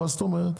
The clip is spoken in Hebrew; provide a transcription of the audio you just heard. מה זאת אומרת.